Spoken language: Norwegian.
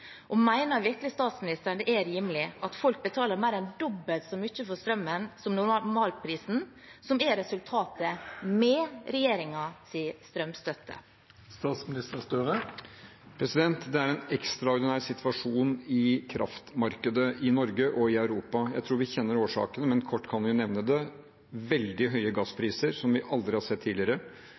virkelig statsministeren at det er rimelig at folk betaler mer enn dobbelt så mye som normalpris for strømmen, som er resultatet med regjeringens strømstøtte? Det er en ekstraordinær situasjon i kraftmarkedet i Norge og i Europa. Jeg tror vi kjenner årsakene, men jeg kan jo kort nevne dem: veldig høye gasspriser – vi har aldri tidligere sett